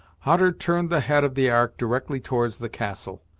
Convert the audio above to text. hutter turned the head of the ark directly towards the castle,